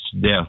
death